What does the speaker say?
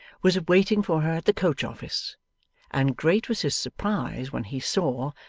was waiting for her at the coach-office and great was his surprise when he saw,